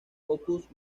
opus